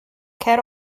cer